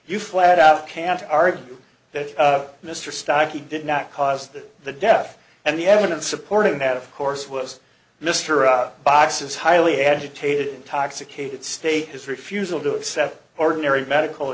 you flat out can't argue that mr stocky did not cause the death and the evidence supporting that of course was mr boxes highly agitated intoxicated state his refusal to accept ordinary medical